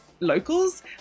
locals